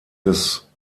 des